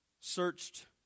searched